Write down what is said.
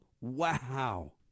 wow